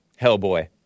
Hellboy